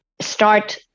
start